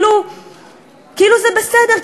כאילו זה בסדר,